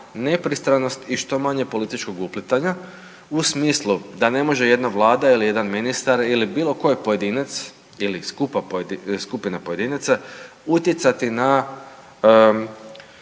nepristranost i što manje političkog uplitanja u smislu da ne može jedna vlada ili jedan ministar ili bilo koji pojedinac ili skupina pojedinaca utjecati na